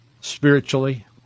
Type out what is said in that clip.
spiritually